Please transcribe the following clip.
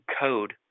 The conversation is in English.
code